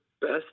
best